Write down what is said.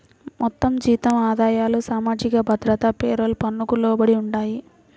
మొత్తం జీతం ఆదాయాలు సామాజిక భద్రత పేరోల్ పన్నుకు లోబడి ఉంటాయి